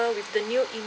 with the new email